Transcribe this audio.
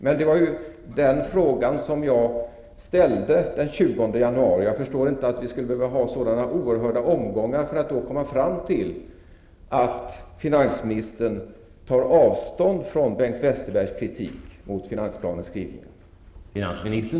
Jag ställde mig den frågan redan den 20 januari. Jag förstår inte varför vi skall behöva ha så oerhörda omgångar för att komma fram till att finansministern tar avstånd från Bengt Westerbergs kritik mot finansplanens skrivningar.